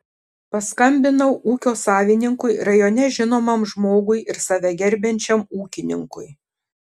paskambinau ūkio savininkui rajone žinomam žmogui ir save gerbiančiam ūkininkui